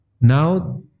Now